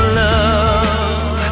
love